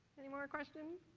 anymore questions?